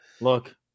Look